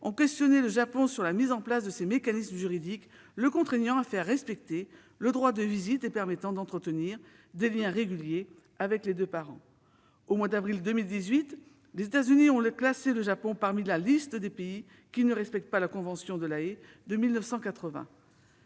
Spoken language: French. ont questionné le Japon sur la mise en place de ces mécanismes juridiques le contraignant à faire respecter le droit de visite et permettant d'entretenir des liens réguliers avec les deux parents. Au mois d'avril suivant, les États-Unis ont inscrit le Japon dans la liste des pays qui ne respectent pas la convention de La Haye de 1980.